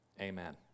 Amen